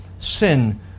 sin